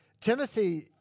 Timothy